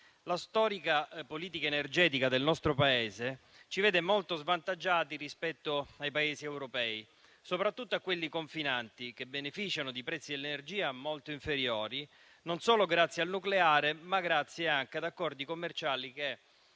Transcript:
La storica politica energetica del nostro Paese ci vede molto svantaggiati rispetto ai Paesi europei, soprattutto a quelli confinanti che beneficiano di prezzi dell'energia molto inferiori non solo grazie al nucleare, ma grazie anche ad accordi commerciali che